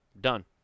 done